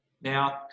Now